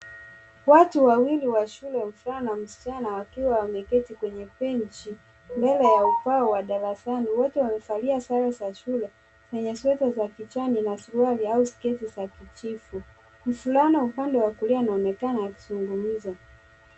Watu wawili wa shule, mvulana na msichana wakiwa wameketi kwenye bench mbele ya ubao wa darasani. Wote wamevalia sare za shule zenye sweta za kijani na suruali au sketi za kijivu. Mvulana upande wa kulia anaonekana akizungumza.